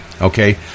Okay